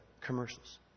commercials